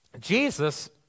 Jesus